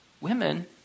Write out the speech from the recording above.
women